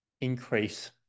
increase